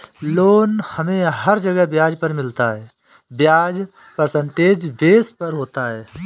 loan हमे हर जगह ब्याज पर मिलता है ब्याज परसेंटेज बेस पर होता है